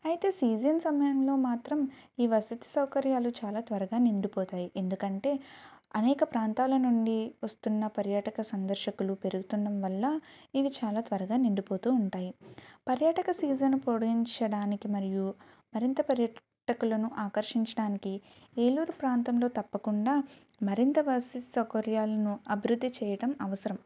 అయితే సీజన్ సమయంలో మాత్రం ఈ వసతి సౌకర్యాలు చాలా త్వరగా నిండిపోతాయి ఎందుకంటే అనేక ప్రాంతాల నుండి వస్తున్న పర్యాటక సందర్శకులు పెరుగుతుండం వల్ల ఇవి చాలా త్వరగా నిండిపోతూ ఉంటాయి పర్యాటక సీజన్ పొడిగించడానికి మరియు మరింత పర్యాటకులను ఆకర్షించడానికి ఏలూరు ప్రాంతంలో తప్పకుండా మరింత వసతి సౌకర్యాలను అభివృద్ధి చేయటం అవసరం